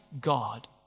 God